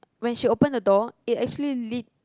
when she open the door it actually lead